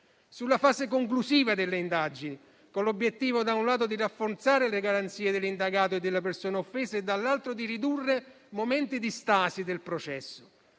sulla fase conclusiva delle indagini, con l'obiettivo da un lato di rafforzare le garanzie dell'indagato e della persona offesa e dall'altro di ridurre momenti di stasi del processo;